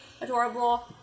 Adorable